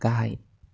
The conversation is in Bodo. गाहाय